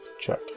check